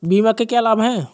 बीमा के क्या लाभ हैं?